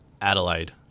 Adelaide